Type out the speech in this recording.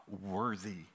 worthy